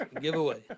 Giveaway